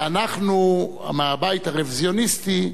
ואנחנו, מהבית הרוויזיוניסטי,